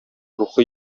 рухи